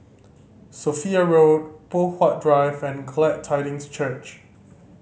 Sophia Road Poh Huat Drive and Glad Tidings Church